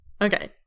Okay